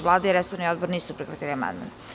Vlada i resorni odbor nisu prihvatili amandman.